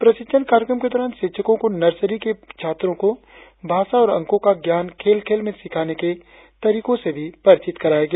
प्रशिक्षण कार्यक्रम के दौरान शिक्षको को नर्सरी के छात्रों को भाषा और अंको का ज्ञान खेल खेल में सिखाने के तरीकों से परिचित कराया गया